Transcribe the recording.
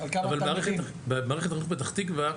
אבל מערכת החינוך בפתח תקווה,